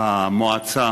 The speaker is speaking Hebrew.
המועצה